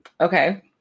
Okay